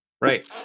right